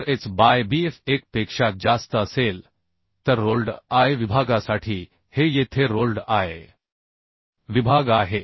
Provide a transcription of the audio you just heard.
जर H by B F 1 पेक्षा जास्त असेल तर रोल्ड I विभागासाठी हे येथे रोल्ड I विभाग आहे